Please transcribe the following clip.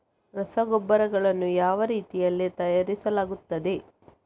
ರಸಗೊಬ್ಬರಗಳನ್ನು ಯಾವ ರೀತಿಯಲ್ಲಿ ತಯಾರಿಸಲಾಗುತ್ತದೆ?